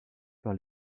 par